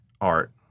art